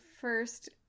first